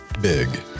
big